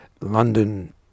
London